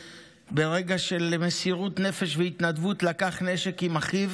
שברגע של מסירות נפש והתנדבות לקח נשק עם אחיו